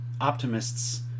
optimists